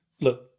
Look